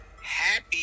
happy